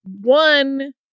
One